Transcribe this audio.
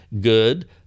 Good